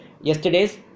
yesterday's